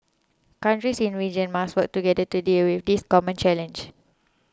countries in the region must work together to deal with this common challenge